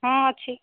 ହଁ ଅଛି